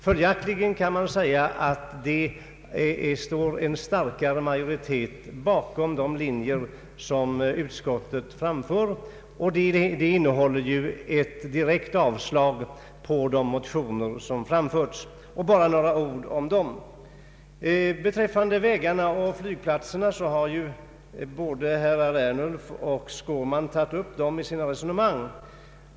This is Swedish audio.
Följaktligen kan sägas att det nu står en starkare majoritet bakom utskottets förslag, som innebär ett direkt avslag på de motioner som i detta ärende väckts. Bara några ord om dem! tog upp vägarna och flygplatserna i sina resonemang.